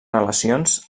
relacions